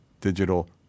digital